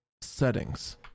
settings